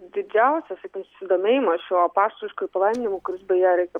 didžiausias susidomėjimas šiuo apaštališkuoju palaiminimu kuris beje reikia